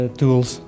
tools